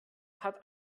hat